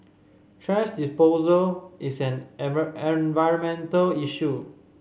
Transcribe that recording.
thrash disposal is an environmental issue